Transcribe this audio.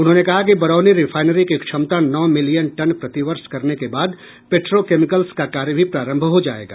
उन्होंने कहा कि बरौनी रिफाइनरी की क्षमता नौ मीलियन टन प्रतिवर्ष करने के बाद पेट्रोकेमिकल्स का कार्य भी प्रारंभ हो जाएगा